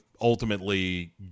ultimately